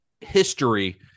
history